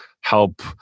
help